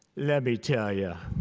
let me tell yeah